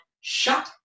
Shut